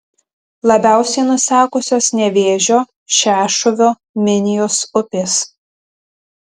labiausiai nusekusios nevėžio šešuvio minijos upės